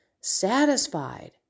satisfied